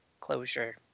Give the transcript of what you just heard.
closure